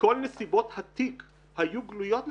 וכל נסיבות התיק היו גלויות לפניה,